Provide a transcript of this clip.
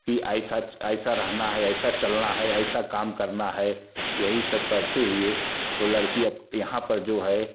की ऐसा ऐसा रहना है ऐसा चलना है ऐसा काम करना है यही सब करते हुए तो लड़की अप यहाँ पर जो है